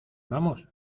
vamos